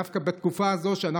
דווקא בתקופה הזאת,